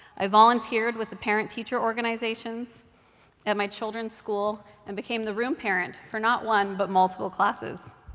i volunteered with the parent-teacher organizations at my children's school and became the room parent for not one, but multiple classes.